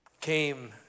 came